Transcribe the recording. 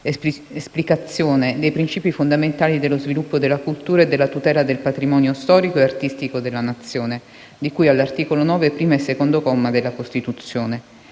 esplicazione dei principi fondamentali dello sviluppo della cultura e della tutela del patrimonio storico e artistico della Nazione, di cui all'articolo 9, primo e secondo comma, della Costituzione.